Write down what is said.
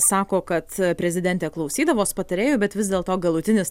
sako kad prezidentė klausydavos patarėjų bet vis dėlto galutinis